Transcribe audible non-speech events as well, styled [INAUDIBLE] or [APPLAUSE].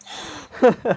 [LAUGHS]